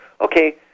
Okay